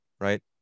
right